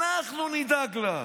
אנחנו נדאג לה,